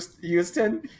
houston